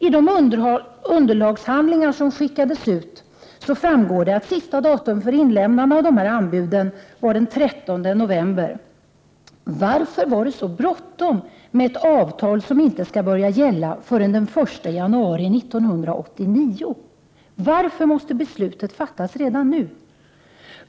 Av de underlagshandlingar som skickades ut framgår att sista datum för inlämnande av anbud var den 13 november. Varför var det så bråttom med ett avtal som inte skall börja gälla förrän den 1 januari 1989? Varför måste beslutet fattas redan nu?